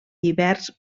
hiverns